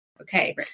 okay